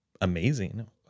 amazing